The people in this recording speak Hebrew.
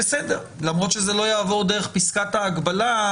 למרות שזה לא יעבור דרך פסקת ההגבלה,